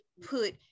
put